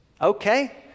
Okay